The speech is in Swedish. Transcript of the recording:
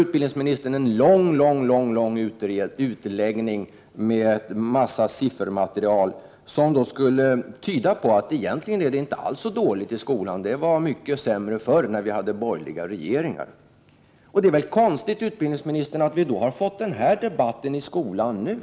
Utbildningsministern gör en mycket lång utläggning och redovisar en mängd siffror som skulle tyda på att det egentligen inte alls är så dåligt ställt i skolan, utan att det var mycket sämre förr, när vi hade borgerliga regeringar. Det är väl konstigt, utbildningsministern, att vi då har fått den här debatten om skolan nu.